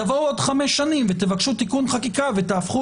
תבואו בעוד חמש שנים ותבקשו תיקון חקיקה ותהפכו